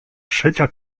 trzecia